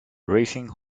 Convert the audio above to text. racing